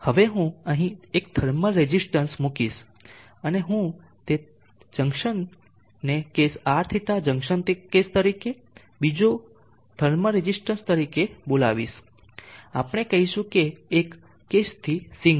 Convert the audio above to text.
હવે હું અહીં એક થર્મલ રેઝિસ્ટન્સ મૂકીશ અને હું તે જંકશનને કેસ Rθ જંકશન કેસ તરીકે પછી બીજો થર્મલ રેઝિસ્ટન્સ તરીકે બોલાવીશ આપણે કહીશું કે એક કેસ થી સિંક છે